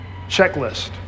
checklist